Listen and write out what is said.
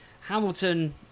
Hamilton